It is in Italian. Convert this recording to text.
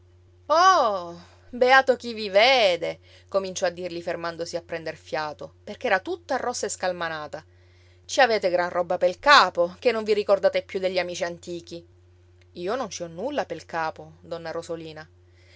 oh beato chi vi vede cominciò a dirgli fermandosi a prender fiato perch'era tutta rossa e scalmanata ci avete gran roba pel capo che non vi ricordate più degli amici antichi io non ci ho nulla pel capo donna rosolina